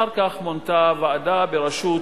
אחר כך מונתה ועדה בראשות,